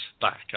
back